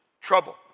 trouble